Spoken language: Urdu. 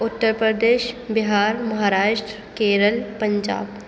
اتر پردیش بِہار مہاراشٹرا کیرلا پنجاب